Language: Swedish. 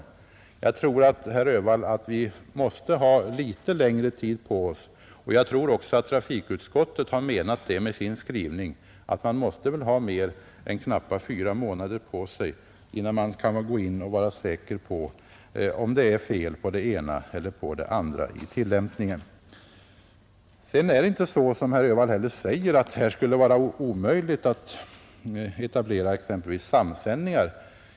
Jag tror, herr Öhvall, att vi måste ha lite längre tid på oss. Jag tror också att trafikutskottet med sin skrivning menat att man måste ha mer än knappa fyra månader på sig, innan man kan vara säker på om det är fel på det ena eller det andra i tillämpningen. Det är inte heller så som herr Öhvall säger, att det skulle vara omöjligt att etablera exempelvis samsändningar.